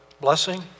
blessing